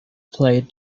played